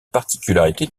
particularité